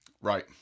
Right